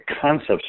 concepts